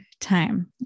time